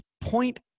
point